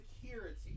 security